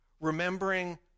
Remembering